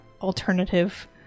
alternative